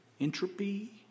entropy